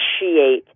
appreciate